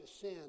sin